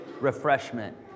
refreshment